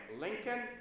Lincoln